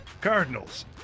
Cardinals